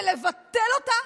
זה לבטל אותה,